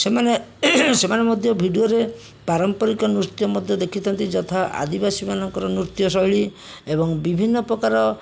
ସେମାନେ ସେମାନେ ମଧ୍ୟ ଭିଡ଼ିଓରେ ପାରମ୍ପରିକ ନୃତ୍ୟ ମଧ୍ୟ ଦେଖିଥାନ୍ତି ଯଥା ଆଦିବାସୀ ମାନଙ୍କର ନୃତ୍ୟ ଶୈଳୀ ଏବଂ ବିଭିନ୍ନ ପ୍ରକାର